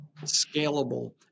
scalable